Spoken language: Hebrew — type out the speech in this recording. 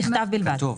בכתב בלבד.